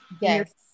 yes